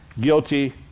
guilty